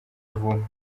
vuba